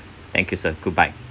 thank you sir goodbye